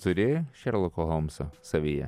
turi šerloko holmso savyje